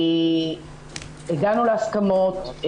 הגענו להסכמות,